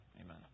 Amen